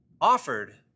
offered